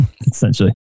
essentially